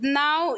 now